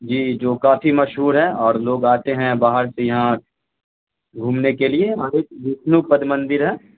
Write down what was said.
جی جو کافی مشہور ہے اور لوگ آتے ہیں باہر سے یہاں گھومنے کے لیے یہاں ایک وشنو پد مندر ہے